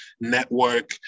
network